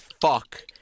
fuck